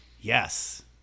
Yes